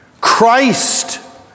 Christ